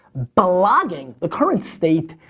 blogging, the current state,